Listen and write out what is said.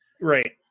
right